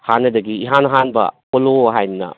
ꯍꯥꯟꯅꯗꯒꯤ ꯏꯍꯥꯟ ꯍꯥꯟꯕ ꯄꯣꯂꯣ ꯍꯥꯏꯅ